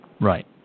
Right